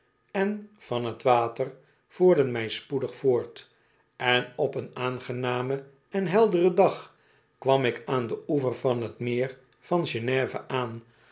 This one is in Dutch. en van t water voerden mij spoedig voort en op een aangenamen en helderen dag kwam ik aan den oever van t meer van genève aan